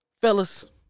fellas